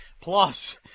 Plus